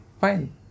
Fine